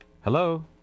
Hello